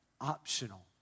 optional